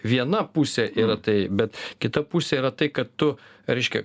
viena pusė yra tai bet kita pusė yra tai kad tu reiškia